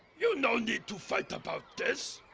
you no need to fight about this.